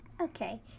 Okay